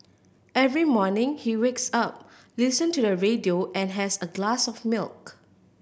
every morning he wakes up listen to the radio and has a glass of milk